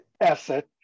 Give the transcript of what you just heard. asset